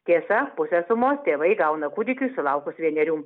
tiesa pusę sumos tėvai gauna kūdikiui sulaukus vienerių